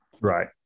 Right